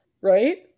right